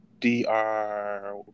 dr